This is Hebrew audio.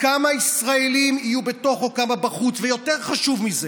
כמה ישראלים יהיו בתוך וכמה בחוץ, ויותר חשוב מזה: